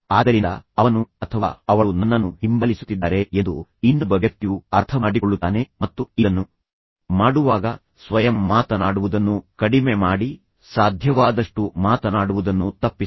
ಆದ್ದರಿಂದ ಅವನು ಅಥವಾ ಅವಳು ನನ್ನನ್ನು ಹಿಂಬಾಲಿಸುತ್ತಿದ್ದಾರೆ ಎಂದು ಇನ್ನೊಬ್ಬ ವ್ಯಕ್ತಿಯು ಅರ್ಥಮಾಡಿಕೊಳ್ಳುತ್ತಾನೆ ಮತ್ತು ಇದನ್ನು ಮಾಡುವಾಗ ಸ್ವಯಂ ಮಾತನಾಡುವುದನ್ನು ಕಡಿಮೆ ಮಾಡಿ ಸಾಧ್ಯವಾದಷ್ಟು ಮಾತನಾಡುವುದನ್ನು ತಪ್ಪಿಸಿ